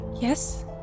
Yes